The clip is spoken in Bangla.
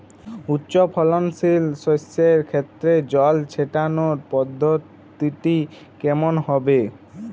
উচ্চফলনশীল শস্যের ক্ষেত্রে জল ছেটানোর পদ্ধতিটি কমন হবে?